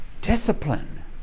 Discipline